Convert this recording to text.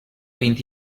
vint